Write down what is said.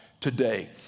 today